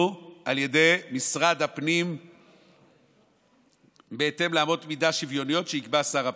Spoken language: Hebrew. על ידי משרד הפנים בהתאם לאמות מידה שוויוניות שיקבע שר הפנים.